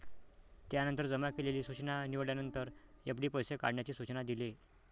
त्यानंतर जमा केलेली सूचना निवडल्यानंतर, एफ.डी पैसे काढण्याचे सूचना दिले